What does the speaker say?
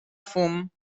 fum